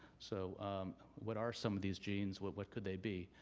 so what are some of these genes, what what could they be?